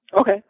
Okay